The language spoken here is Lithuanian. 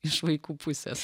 iš vaikų pusės